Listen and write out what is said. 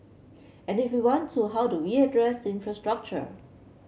and if we want to how do we address infrastructure